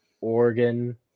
Oregon